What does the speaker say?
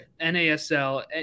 NASL